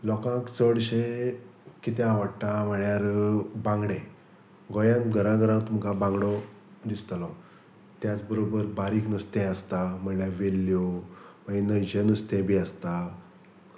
लोकांक चडशें कितें आवडटा म्हळ्यार बांगडे गोंयान घर घर तुमकां बांगडो दिसतलो त्याच बरोबर बारीक नुस्तें आसता म्हणल्यार वेल्यो मागीर न्हंयचें नुस्तें बी आसता